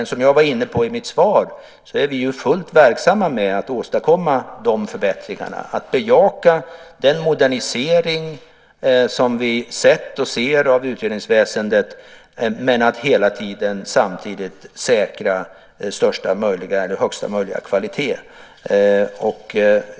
Men som jag var inne på i mitt svar är vi fullt verksamma med att åstadkomma dessa förbättringar och att bejaka den modernisering som vi har sett och ser av utredningsväsendet men att hela tiden samtidigt säkra högsta möjliga kvalitet.